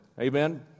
Amen